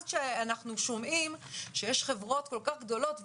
אז כששומעים שיש חברות גדולות ואולי,